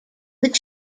that